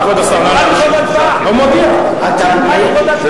כבוד השר, נא להמשיך.